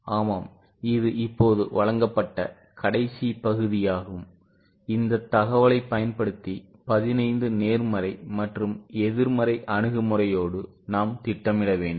ஆமாம் இது இப்போது வழங்கப்பட்ட கடைசி பகுதி இந்த தகவலைப் பயன்படுத்தி 15 நேர்மறை மற்றும் எதிர்மறை அணுகுமுறையோடு நாம் திட்டமிட வேண்டும்